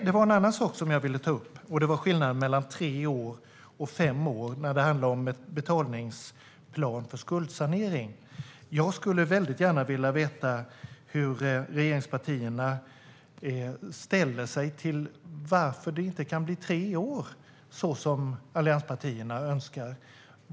Det var en annan sak som jag ville ta upp, och det var skillnaden mellan tre och fem år när det gäller betalningsplanen för skuldsanering. Jag skulle väldigt gärna vilja veta hur regeringspartierna ställer sig i frågan om varför det inte kan bli tre år som allianspartierna önskar.